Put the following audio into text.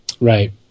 right